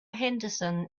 henderson